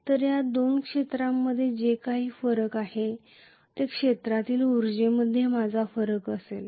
तर या दोन क्षेत्रामध्ये जे काही फरक आहे ते क्षेत्रातील उर्जेमध्ये माझा फरक असेल